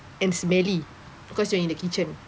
and smelly because you're in the kitchen